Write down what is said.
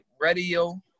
radio